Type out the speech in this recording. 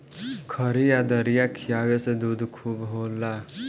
खरी आ दरिया खिआवे से दूध खूबे होला